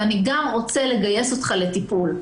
אני גם רוצה לגייס אותך לטיפול,